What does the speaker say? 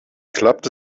klappte